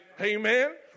Amen